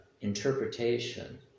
interpretation